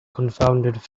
confounded